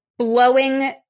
Blowing